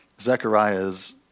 zechariah's